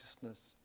consciousness